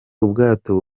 ubwato